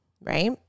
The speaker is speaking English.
right